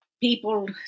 people